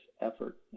effort